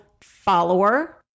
follower